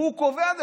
והוא קובע,